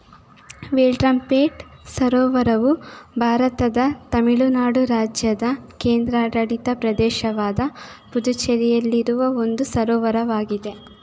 ವೆಳ್ರಾಂಪೇಟ್ ಸರೋವರವು ಭಾರತದ ತಮಿಳುನಾಡು ರಾಜ್ಯದ ಕೇಂದ್ರಾಡಳಿತ ಪ್ರದೇಶವಾದ ಪುದುಚೆರಿಯಲ್ಲಿರುವ ಒಂದು ಸರೋವರವಾಗಿದೆ